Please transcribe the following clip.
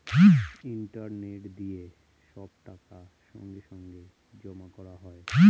internet দিয়ে সব টাকা সঙ্গে সঙ্গে জমা করা হয়